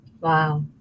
Wow